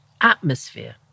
atmosphere